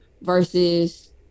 versus